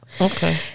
Okay